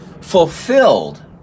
fulfilled